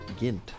gint